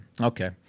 Okay